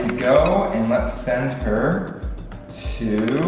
go and let's send her to